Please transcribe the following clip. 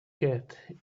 cat